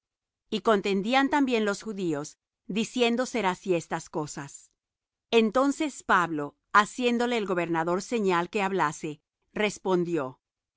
y contendían también los judíos diciendo ser así estas cosas entonces pablo haciéndole el gobernador señal que hablase respondió